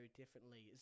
differently